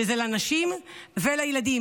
שזה לנשים ולילדים,